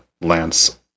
Lance